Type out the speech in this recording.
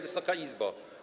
Wysoka Izbo!